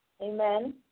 Amen